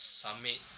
summit